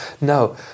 no